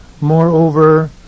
Moreover